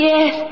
Yes